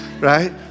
right